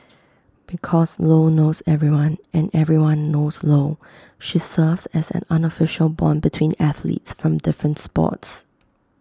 because lo knows everyone and everyone knows lo she serves as an unofficial Bond between athletes from different sports